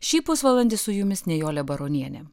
šį pusvalandį su jumis nijolė baronienė